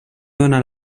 donar